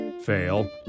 fail